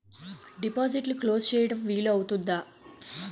డిపాజిట్లు క్లోజ్ చేయడం వీలు అవుతుందా?